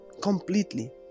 Completely